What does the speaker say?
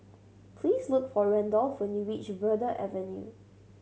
please look for Randolf when you reach Verde Avenue